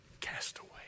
castaway